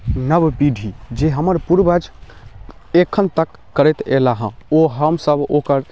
नव पीढ़ी जे हमर पूर्वज एखनतक करैत अएला हँ ओ हमसभ ओकर